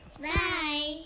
Bye